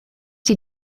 die